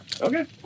Okay